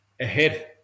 ahead